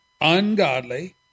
Ungodly